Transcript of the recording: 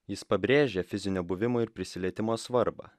jis pabrėžia fizinio buvimo ir prisilietimo svarbą